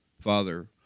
Father